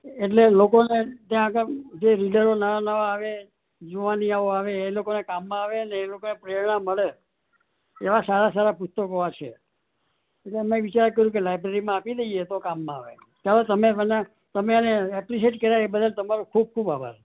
એટલે લોકોને ત્યાં આગળ જે રીડરો નવા નવા આવે જુવાનિયાઓ આવે એ લોકોનાં કામમાં આવે ને એ લોકોએ પ્રેરણા મળે એવાં સારાં સારાં પુસ્તકો આ છે પછી અમે વિચાર કર્યું કે લાઇબ્રેરીમાં આપી દઈએ તો કામમાં આવે તો તમે મને તમે એને એપ્રિસેટ કર્યાં એ બદલ તમારો ખૂબ ખૂબ આભાર